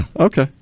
okay